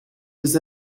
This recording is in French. des